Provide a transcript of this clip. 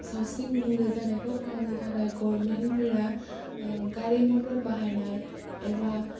सावस्रि गुबुंले जानायखौ फाहामनो थाखाय गभर्नमेन्टफोरा गारि मथर बाहायनाय एबा